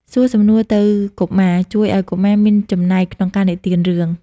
សួរសំណួរទៅកុមារ ជួយឱ្យកុមារមានចំណែកក្នុងការនិទានរឿង។